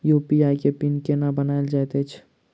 UPI केँ PIN केना बनायल जाइत अछि